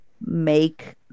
make